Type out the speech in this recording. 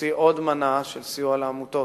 נוציא עוד מנה של סיוע לעמותות,